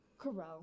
Carell